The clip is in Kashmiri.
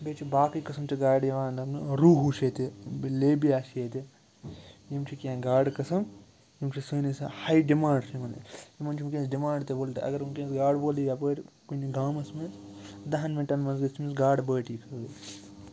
بیٚیہِ چھِ باقٕے قٕسم چھِ گاڈٕ یِوان لَبنہٕ روٗہوٗ چھِ ییٚتہِ لیٚبیا چھِ ییٚتہِ یِم چھِ کیٚنٛہہ گاڈٕ قٕسٕم یِم چھِ سٲنِس ہاے ڈِمانٛڈ چھِ یِمَن یِمَن چھِ وٕنکٮ۪س ڈِمانٛڈ تہِ وول تہِ اگر وٕنکٮ۪نَس گاڈٕ وول یَپٲرۍ کُنہِ گامَس منٛز دَہَن مِنٹَن منٛز گٔژھۍ تٔمِس گاڈٕ بٲٹی خٲل